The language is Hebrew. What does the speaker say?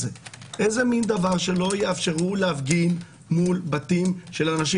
שלא יאפשרו להפגין מול בתים של אנשים.